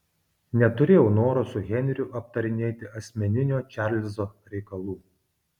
neturėjau noro su henriu aptarinėti asmeninių čarlzo reikalų